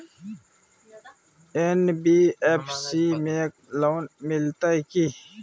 NBFC में loan मिलते की?